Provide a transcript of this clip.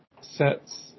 sets